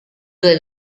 due